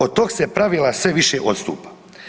Od tog se pravila sve više odstupa.